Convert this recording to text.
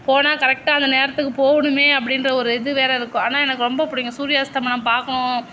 போனா கரெக்டாக அந்த நேரத்துக்கு போகணுமே அப்படீன்ற ஒரு இது வேறு இருக்கும் ஆனால் எனக்கு ரொம்ப பிடிக்கும் சூரிய அஸ்தமனம் பார்க்ணும்